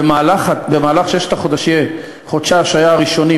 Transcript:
במהלך ששת חודשי ההשעיה הראשונים,